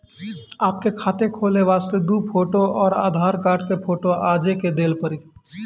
आपके खाते खोले वास्ते दु फोटो और आधार कार्ड के फोटो आजे के देल पड़ी?